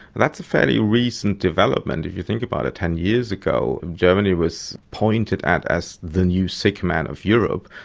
that's a fairly recent development. if you think about it, ten years ago germany was pointed at as the new sick man of europe,